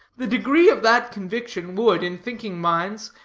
the degree of that conviction would, in thinking minds,